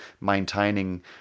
maintaining